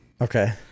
Okay